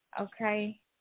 Okay